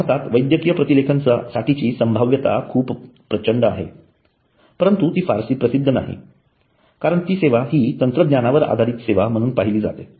भारतात वैद्यकीय प्रतिलेखन साठीची संभाव्यता खूप प्रचंड आहे परंतु ती फारशी प्रसिद्ध नाही कारण ती सेवा हि तंत्रज्ञानावर आधारित सेवा म्हणून पाहिली जाते